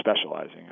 specializing